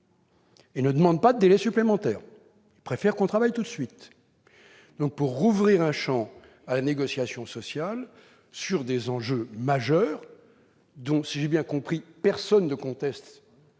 et ne demandent pas de délai supplémentaire ; ils préfèrent que l'on travaille tout de suite -un champ à la négociation sociale sur des enjeux majeurs, dont, si j'ai bien compris, personne ne conteste